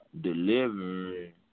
delivering